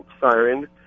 siren